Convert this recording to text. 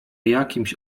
jakimś